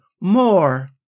more